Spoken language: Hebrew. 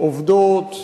עובדות קבלן,